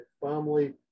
family